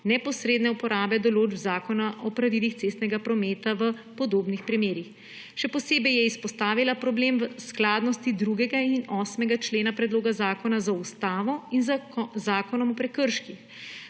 neposredne uporabe določb zakona o pravilih cestnega prometa v podobnih primerih. Še posebej je izpostavila problem v skladnosti 2. in 8. člena predloga zakona z ustavo in zakonom o prekrških.